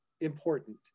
important